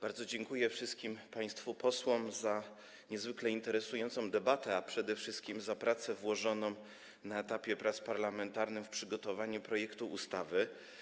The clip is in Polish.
Bardzo dziękuję wszystkim państwu posłom za niezwykle interesującą debatę, a przede wszystkim za pracę na etapie prac parlamentarnych nad przygotowaniem projektu ustawy.